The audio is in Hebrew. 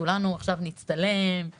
אני